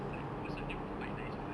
like most of them were quite nice to us